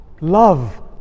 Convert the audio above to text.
Love